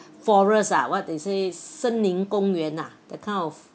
forests ah what they say 森林公园 ah the kind of